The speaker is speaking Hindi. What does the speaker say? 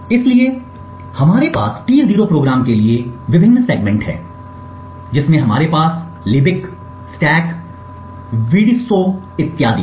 इसलिए हमारे पास T0 प्रोग्राम के लिए विभिन्न सेगमेंट हैं जिसमें हमारे पास libc stack vdso इत्यादि हैं